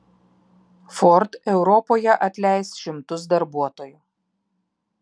ford europoje atleis šimtus darbuotojų